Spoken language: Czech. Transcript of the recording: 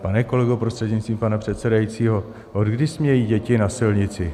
Pane kolego, prostřednictvím pana předsedajícího, odkdy smějí děti na silnici?